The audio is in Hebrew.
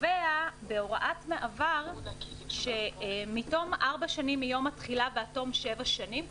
וקובע בהוראת מעבר שמתום ארבע שנים מיום התחילה ועד תום שבע שנים,